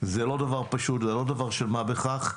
זה לא דבר פשוט, זה לא דבר של מה בכך.